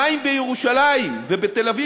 המים בירושלים ובתל-אביב,